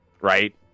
Right